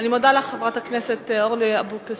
אני מודה לך, חברת הכנסת אורלי אבקסיס.